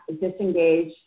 disengage